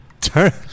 Turn